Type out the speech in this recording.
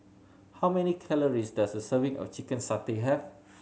how many calories does a serving of chicken satay have